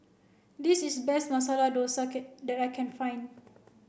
this is best Masala Dosa cat that I can find